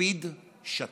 לפיד שתק,